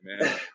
man